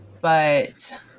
but-